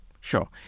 sure